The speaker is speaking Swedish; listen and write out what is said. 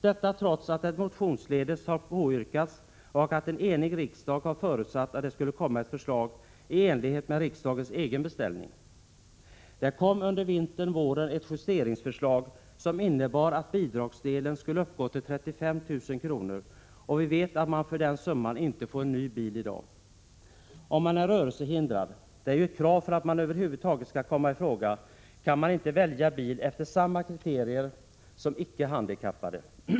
Detta trots att det motionsledes har påyrkats och att en enig riksdag har förutsatt att det skulle komma ett förslag i enlighet med riksdagens egen beställning. Det kom under vintern eller våren ett justeringsförslag som innebar att bidragsdelen skulle uppgå till 35 000 kr., och vi vet att man för den summan inte får en ny bil i dag. Om man är rörelsehindrad, och det är ju ett krav för att man över huvud taget skall komma i fråga, kan man inte välja bil efter samma kriterier som icke handikappade.